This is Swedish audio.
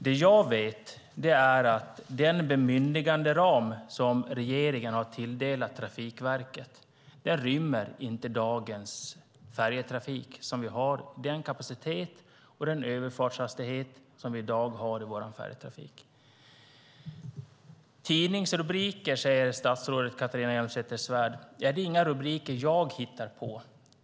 Det jag vet är att den bemyndiganderam som regeringen har tilldelat Trafikverket inte rymmer dagens färjetrafik, den kapacitet och den överfartshastighet som vi i dag i vår färjetrafik. Tidningsrubriker, säger statsrådet Catharina Elmsäter-Svärd. Det är inga rubriker jag hittar på.